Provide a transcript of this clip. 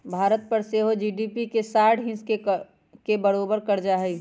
भारत पर सेहो जी.डी.पी के साठ हिस् के बरोबर कर्जा हइ